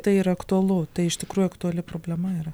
tai yra aktualu tai iš tikrųjų aktuali problema yra